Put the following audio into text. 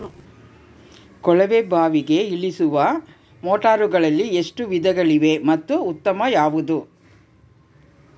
ಕೊಳವೆ ಬಾವಿಗೆ ಇಳಿಸುವ ಮೋಟಾರುಗಳಲ್ಲಿ ಎಷ್ಟು ವಿಧಗಳಿವೆ ಮತ್ತು ಉತ್ತಮ ಯಾವುದು?